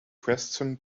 preston